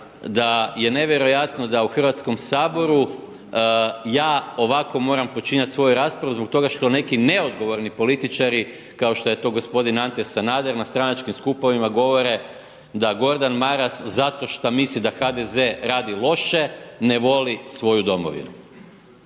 da je nevjerojatno da u Hrvatskom saboru ja ovako moram počinjat svoju raspravu zbog toga što neki neodgovorni političari kao što je to g. Ante Sanader na stranačkim skupovima govore da Gordana Maras zato šta misli da HDZ radi loše, ne voli svoju domovinu.